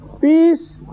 Peace